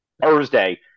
Thursday